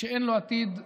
שאין לו עתיד בימין.